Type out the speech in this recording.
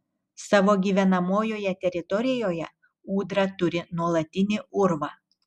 savo gyvenamojoje teritorijoje ūdra turi nuolatinį urvą